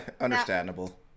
Understandable